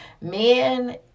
men